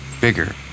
bigger